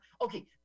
Okay